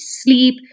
sleep